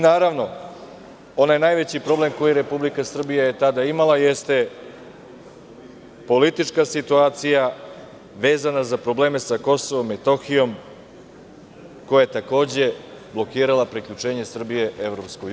Naravno, onaj najveći problem koji je Republika Srbija tada imala jeste politička situacija vezana za probleme sa Kosovom i Metohijom, koja je takođe blokirala priključenje Srbije EU.